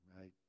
right